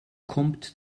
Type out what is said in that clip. kommt